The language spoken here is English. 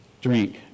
drink